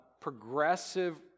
progressive